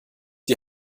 die